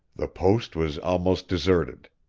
the post was almost deserted.